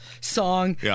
song